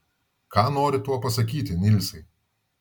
ką nori tuo pasakyti nilsai